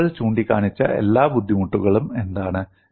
ആളുകൾ ചൂണ്ടിക്കാണിച്ച എല്ലാ ബുദ്ധിമുട്ടുകളും എന്താണ്